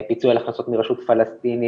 פיצוי על הכנסות מרשות פלסטינית,